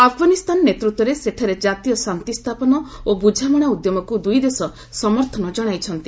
ଆଫଗାନିସ୍ତାନ ନେତୃତ୍ୱରେ ସେଠାରେ ଜାତୀୟ ଶାନ୍ତି ସ୍ଥାପନ ଓ ବୁଝାମଣା ଉଦ୍ୟମକୁ ଦୁଇ ଦେଶ ସମର୍ଥନ ଜଣାଇଛନ୍ତି